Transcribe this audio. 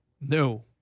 No